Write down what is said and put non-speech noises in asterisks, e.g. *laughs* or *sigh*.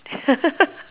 *laughs*